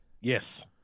Yes